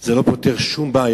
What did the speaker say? זה לא פותר שום בעיה.